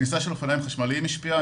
הכניסה של אופניים חשמליים השפיעה.